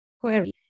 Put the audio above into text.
query